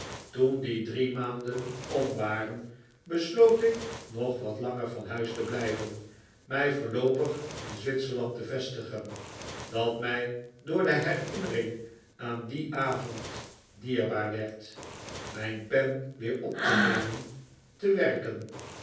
toen die drie maanden om waren besloot ik nog wat langer van huis te blijven mij voorloopig in zwitserland te vestigen dat mij door de herinnering aan dien avond dierbaar werd mijn pen weer op te nemen te werken